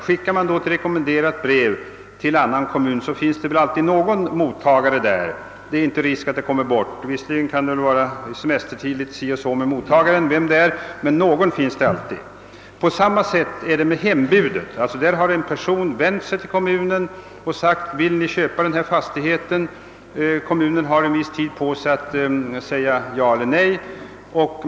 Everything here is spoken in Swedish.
Skickar man då ett rekommenderat brev till annan kommun finns det väl alltid någon mottagare där, även om det skulle vara semestertid eller dylikt. På samma sätt är det med hembudet. Där har en person vänt sig till kommunen och sagt: Vill ni köpa denna fastighet? Kommunen har en viss tid på sig för att svara.